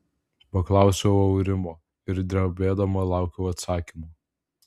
paklausiau aurimo ir drebėdama laukiau atsakymo